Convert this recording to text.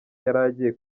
yaragiye